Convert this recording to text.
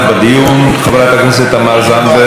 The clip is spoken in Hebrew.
חברת הכנסת תמר זנדברג, בבקשה.